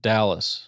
Dallas